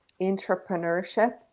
entrepreneurship